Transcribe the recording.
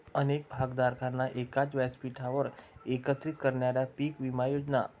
अनेक भागधारकांना एकाच व्यासपीठावर एकत्रित करणाऱ्या पीक विमा योजना